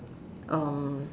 um